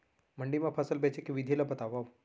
मंडी मा फसल बेचे के विधि ला बतावव?